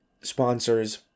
sponsors